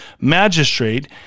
Magistrate